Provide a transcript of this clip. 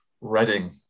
Reading